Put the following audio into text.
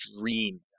dream